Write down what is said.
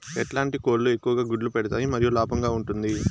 ఎట్లాంటి కోళ్ళు ఎక్కువగా గుడ్లు పెడతాయి మరియు లాభంగా ఉంటుంది?